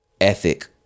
ethic